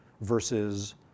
versus